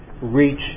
reach